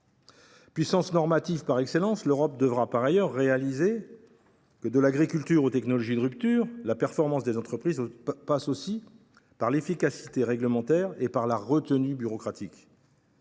Puissance normative par excellence, l’Europe devra par ailleurs se rendre compte que, de l’agriculture aux technologies de rupture, la performance des entreprises passe aussi par l’efficacité réglementaire et par la retenue bureaucratique.